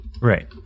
right